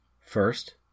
First